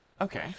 Okay